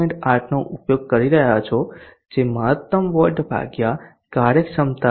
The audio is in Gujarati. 8 નો ઉપયોગ કરી રહ્યા છો જે મહત્તમ વોટ ભાગ્યા કાર્યક્ષમતા 0